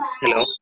Hello